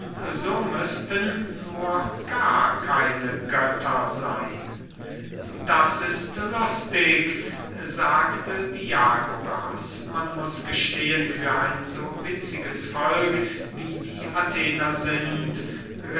nur gar keine götter seyn das ist lustig sagte diagoras man muß gestehen für ein so witziges volk wie die athener sind